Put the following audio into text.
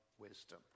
wisdom